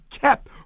kept